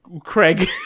Craig